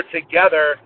together